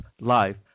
life